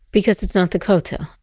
because it's not the kotel.